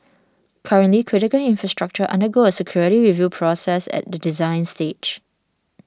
currently critical infrastructure undergo a security review process at the design stage